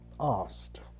asked